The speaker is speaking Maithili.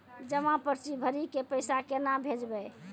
जमा पर्ची भरी के पैसा केना भेजबे?